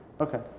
Okay